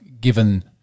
given